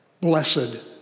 Blessed